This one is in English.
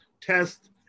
test